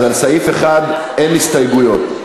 אז על סעיף 1 אין הסתייגויות.